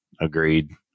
Agreed